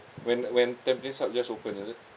when when tampines hub just opened is it